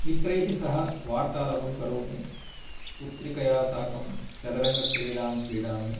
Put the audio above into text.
मित्रैः सह वार्तालापं करोमि पुत्र्या साकं चतुरङ्गक्रीडां क्रीडामि